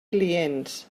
clients